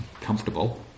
comfortable